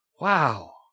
Wow